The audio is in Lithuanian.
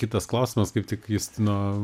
kitas klausimas kaip tik justino